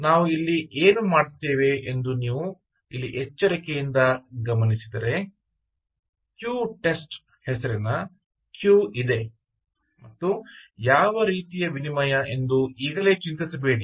ನಾವು ಏನು ಮಾಡುತ್ತೇವೆ ಎಂದು ನೀವು ಇಲ್ಲಿ ಎಚ್ಚರಿಕೆಯಿಂದ ಗಮನಿಸಿದರೆ ಕ್ಯೂ ಟೆಸ್ಟ್ ಹೆಸರಿನ ಕ್ಯೂ ಇದೆ ಮತ್ತು ಯಾವ ರೀತಿಯ ವಿನಿಮಯ ಎಂದು ಈಗಲೇ ಚಿಂತಿಸಬೇಡಿ